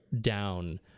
down